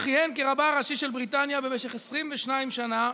שכיהן כרבה הראשי של בריטניה במשך 22 שנים,